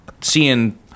seeing